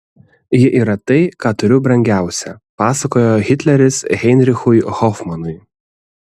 ji yra tai ką turiu brangiausia pasakojo hitleris heinrichui hofmanui